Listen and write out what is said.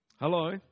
Hello